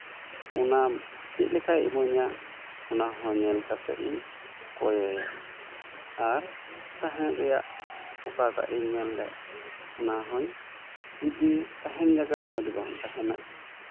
ᱚᱱᱟ ᱪᱮᱫ ᱞᱮᱠᱟᱭ ᱤᱢᱟᱹᱧᱟ ᱚᱱᱟ ᱦᱚᱸ ᱧᱮᱞ ᱠᱟᱛᱮᱫ ᱤᱧ ᱠᱚᱭᱮᱭᱟ ᱟᱨ ᱛᱟᱦᱮᱱ ᱨᱮᱭᱟᱜ ᱚᱠᱟᱴᱟᱜ ᱤᱧ ᱢᱮᱱ ᱞᱮᱫ ᱚᱱᱟ ᱦᱩᱧ ᱡᱩᱫᱤ ᱛᱟᱦᱮᱱ ᱡᱟᱭᱜᱟ ᱢᱚᱡᱽ ᱵᱟᱝ ᱛᱟᱦᱮᱱᱟ